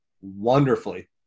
wonderfully